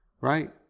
right